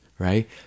right